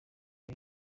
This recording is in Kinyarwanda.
ray